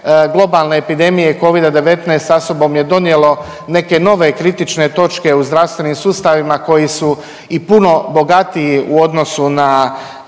globalne epidemije i Covida-19 sa sobom je donijelo neke nove kritične točke u zdravstvenim sustavima koji su i puno bogatiji u odnosu na